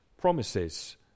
promises